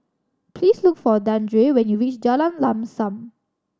please look for Dandre when you reach Jalan Lam Sam